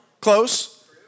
Close